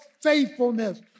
faithfulness